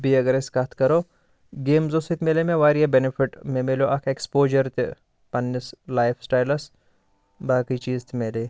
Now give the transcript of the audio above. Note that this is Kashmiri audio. بیٚیہِ اگر أسۍ کَتھ کَرو گیمزٕو سۭتۍ مِلیے مےٚ واریاہ بینِفِٹ مےٚ مِلیو اَکھ ایکٕسپوجر تہِ پَننِس لایِف سِٹایِلَس باقٕے چیٖز تہِ مِلیے